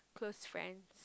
close friends